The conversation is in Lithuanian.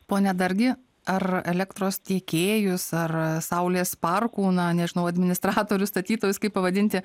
pone dargi ar elektros tiekėjus ar saulės parkų na nežinau administratorius statytojus kaip pavadinti